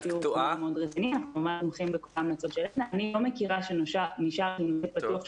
נקטעת בסוף,